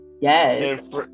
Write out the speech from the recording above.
Yes